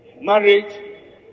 marriage